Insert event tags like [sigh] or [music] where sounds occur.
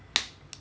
[noise]